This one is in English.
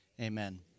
amen